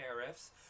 tariffs